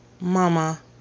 mama